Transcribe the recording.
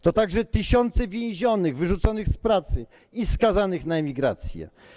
To także tysiące więzionych, wyrzuconych z pracy i skazanych na emigrację.